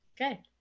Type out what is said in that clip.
Okay